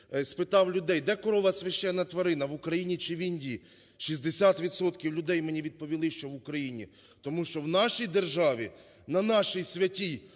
спитав людей: де корова священна тварина – в Україні чи в Індії. Шістдесят відсотків людей мені відповіли, що в Україні. Тому що в нашій державі, на нашій святій